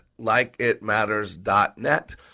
Likeitmatters.net